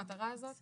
זאת המטרה הזאת.